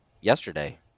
yesterday